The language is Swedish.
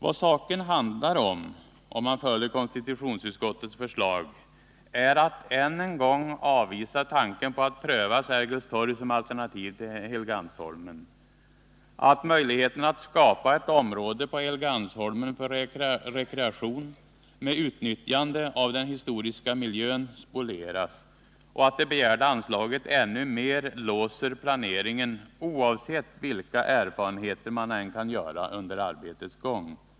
Vad saken handlar om —- om man följer konstitutionsutskottets förslag — är att än en gång avvisa tanken på att pröva Sergels torg som alternativ till Helgeandsholmen, att möjligheterna att skapa ett område på Helgeandsholmen för rekreation med utnyttjande av den historiska miljön spolieras och att det begärda anslaget ännu mer låser planeringen, oavsett vilka erfarenheter man kan göra under arbetets gång.